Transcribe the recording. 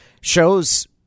shows